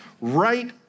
right